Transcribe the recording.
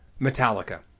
Metallica